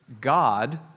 God